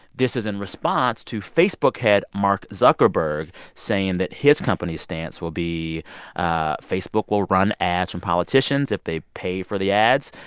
this is in response to facebook head mark zuckerberg saying that his company's stance will be ah facebook will run ads from politicians if they pay for the ads.